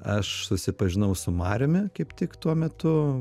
aš susipažinau su mariumi kaip tik tuo metu